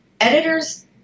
editors